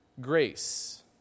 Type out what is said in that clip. Grace